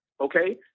okay